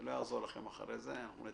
לא יעזור לכם אחרי כן,